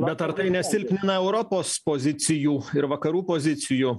bet ar tai nesilpnina europos pozicijų ir vakarų pozicijų